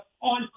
on